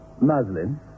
muslin